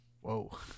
whoa